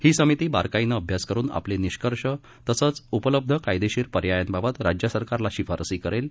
ही समिती बारकाईनं अभ्यास करून आपले निष्कर्ष तसंच उपलब्ध कायदेशीर पर्यायांबाबत राज्य सरकारला शिफारसी करेल